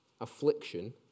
affliction